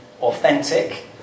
authentic